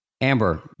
Amber